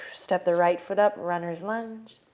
step the right foot up, runner's lunge.